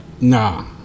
Nah